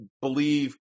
believe